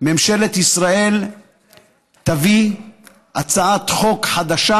ממשלת ישראל תביא הצעת חוק חדשה.